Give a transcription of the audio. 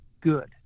good